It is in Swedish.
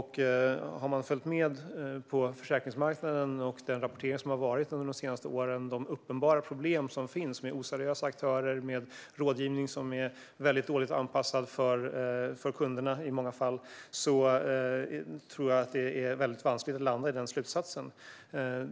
Har man följt med på försäkringsmarknaden och i den rapportering som varit under de senaste åren om de uppenbara problem som finns med oseriösa aktörer och rådgivning som i många fall är väldigt dåligt anpassad för kunderna tror jag att det är vanskligt att landa i den slutsatsen.